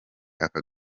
aka